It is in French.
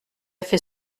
fait